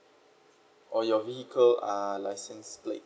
or your vehicle uh license plate